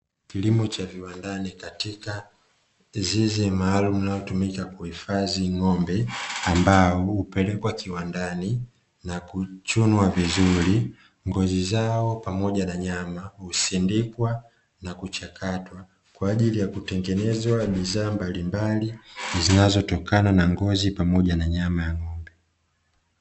Kilimo cha viwandani katika zizi maalumu linalotumika kuhifadhi ng'ombe, ambao hupelekwa kiwandani na kuchunwa vizuri, ngozi zao pamoja na nyama husindikwa na kuchakatwa kwa ajili ya kutengenezwa bidhaa mbalimbali zinazotokana na ngozi pamoja na nyama.